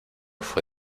fue